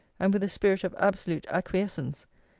and with a spirit of absolute acquiescence.